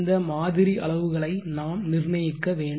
இந்த மாதிரி அளவுகளை நாம் நிர்ணயிக்க வேண்டும்